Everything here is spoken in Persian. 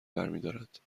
برمیدارد